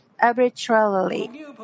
arbitrarily